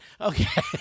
Okay